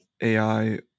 AI